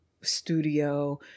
studio